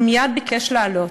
הוא מייד ביקש לעלות.